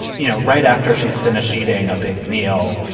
you know, right after she's finished eating a big meal,